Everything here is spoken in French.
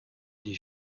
dit